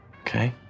Okay